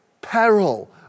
peril